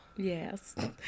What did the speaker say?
Yes